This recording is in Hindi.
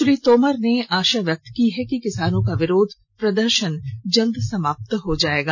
श्री तोमर ने आशा व्यक्त की है कि किसानों का विरोध प्रदर्शन जल्द ही समाप्त हो जाएगा